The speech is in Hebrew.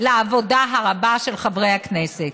לעבודה הרבה של חברי הכנסת.